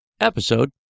episode